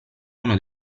uno